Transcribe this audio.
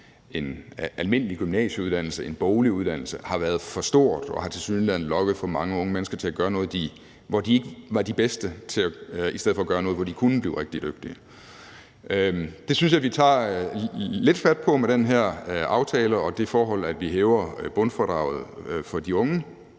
en almindelig gymnasieuddannelse, en boglig uddannelse, har været for stort og har tilsyneladende lokket for mange unge mennesker til at gøre noget, de ikke var de bedste til, i stedet for at gøre noget, de kunne blive rigtig dygtige til. Det synes jeg vi tager lidt fat på med den her aftale og det forhold, at vi hæver bundfradraget for de unge,